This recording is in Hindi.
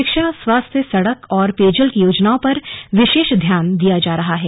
शिक्षा स्वास्थ्य सड़क और पेयजल की योजनाओं पर विशेष ध्यान दिया जा रहा है